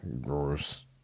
Gross